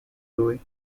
lui